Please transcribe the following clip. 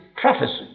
prophecy